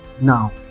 Now